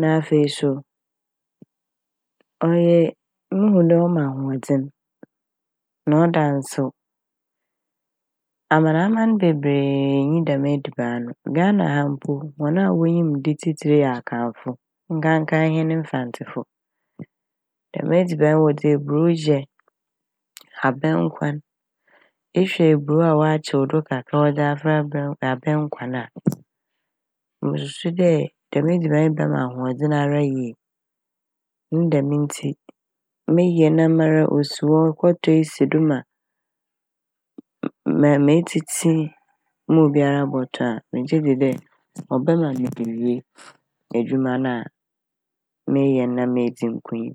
na afei so ɔyɛɛ - muhu dɛ ɔma ahoɔdzen na ɔda nsew. Amanaman beberee nnyi dɛm ediban no. Ghana ha mpo hɔn a wonyim de tsitsir yɛ Akanfo nkanka ahɛn Mfantsefo. Dɛm edziban yi wɔdze eburow yɛ abɛnkwan. Ehwɛ eburow a ɔakyew do kakra wɔdze afora abɛn -abɛnkwan a mususu dɛ dɛm edziban yi bɛma ahoɔdzen ara yie. Ne dɛm ntsi meyɛ na mara osi hɔ kɔtɔ yi si do ma mem-meetsitsi ma obiara abɔto a megye dzi ɔbɛma mewie edwuma na mereyɛ na medzi nkonyim.